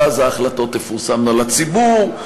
ואז ההחלטות תפורסמנה לציבור,